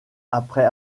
après